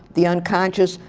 the unconscious,